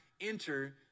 enter